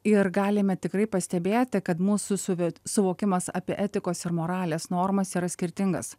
ir galime tikrai pastebėti kad mūsų suve suvokimas apie etikos ir moralės normas yra skirtingas